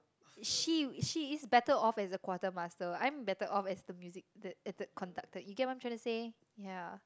she she is better off as a quartermaster I am better off as the music as a music conductor you get what I'm trying to say yeah